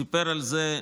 סיפר על זה פרופ'